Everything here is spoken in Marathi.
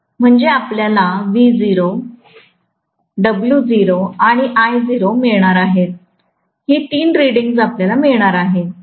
म्हणजे आपल्याला W० V० आणि I0 मिळणार आहेत ही तीन रीडिंग्ज आपल्याला मिळणार आहेत